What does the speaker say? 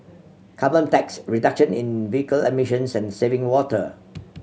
carbon tax reduction in vehicle emissions and saving water